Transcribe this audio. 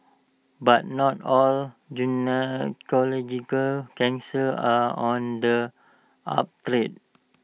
but not all gynaecological cancers are on the uptrend